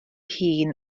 hun